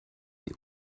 sie